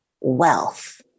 wealth